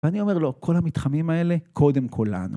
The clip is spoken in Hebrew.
ואני אומר לו כל המתחמים האלה קודם כל לנו.